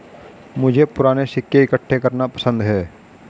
मुझे पूराने सिक्के इकट्ठे करना पसंद है